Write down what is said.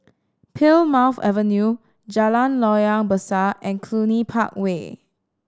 Plymouth Avenue Jalan Loyang Besar and Cluny Park Way